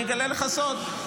אני אגלה לך סוד.